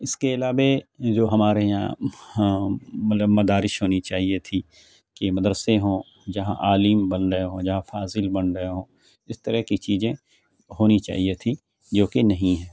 اس کے علاوہ جو ہمارے یہاں مطلب مدارس ہونی چاہیے تھی کہ مدرسے ہوں جہاں عالم بن رہے ہوں جہاں فاضل بن رہے ہوں اس طرح کی چیزیں ہونی چاہیے تھی جو کہ نہیں ہیں